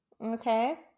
Okay